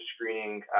screening